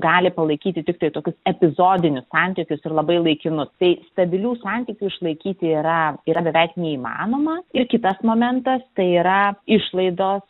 gali palaikyti tiktai tokius epizodinius santykius ir labai laikinus tai stabilių santykių išlaikyti yra yra beveik neįmanoma ir kitas momentas tai yra išlaidos